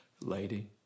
lady